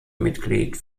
mitglied